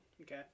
Okay